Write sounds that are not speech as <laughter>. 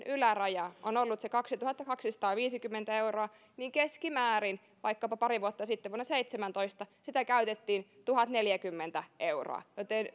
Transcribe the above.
<unintelligible> yläraja on ollut se kaksituhattakaksisataaviisikymmentä euroa niin keskimäärin vaikkapa pari vuotta sitten vuonna seitsemäntoista sitä käytettiin tuhatneljäkymmentä euroa joten <unintelligible>